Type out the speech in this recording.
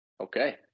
Okay